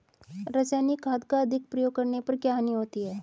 रासायनिक खाद का अधिक प्रयोग करने पर क्या हानि होती है?